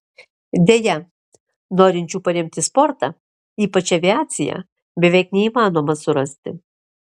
deja norinčių paremti sportą ypač aviaciją beveik neįmanoma surasti